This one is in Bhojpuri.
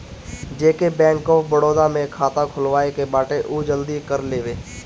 जेके बैंक ऑफ़ बड़ोदा में खाता खुलवाए के बाटे उ जल्दी कर लेवे